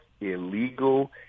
illegal